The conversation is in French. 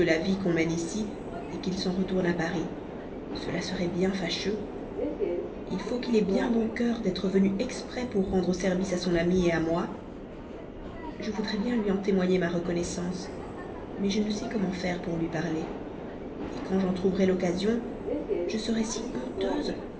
la vie qu'on mène ici qu'il ne s'en retourne à paris cela serait bien fâcheux il faut qu'il ait bien bon cœur d'être venu exprès pour rendre service à son ami à moi je voudrais bien lui en témoigner ma reconnaissance mais je ne sais comment faire pour lui parler quand j'en trouverais l'occasion je serais si honteuse